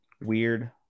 Weird